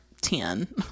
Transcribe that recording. ten